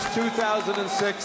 2006